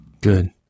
Good